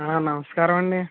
నమస్కారమండీ